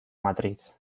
matriz